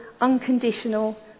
unconditional